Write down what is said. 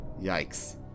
Yikes